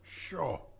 sure